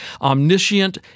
omniscient